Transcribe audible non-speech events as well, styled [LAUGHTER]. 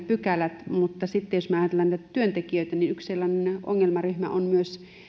[UNINTELLIGIBLE] pykälät mutta sitten jos me ajattelemme niitä työntekijöitä niin yksi sellainen ongelmaryhmä on myös